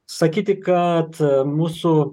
sakyti kad mūsų